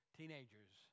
teenagers